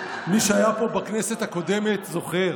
מי שהיה פה בכנסת הקודמת זוכר.